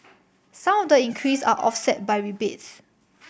some of the increase are offset by rebates